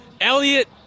Elliot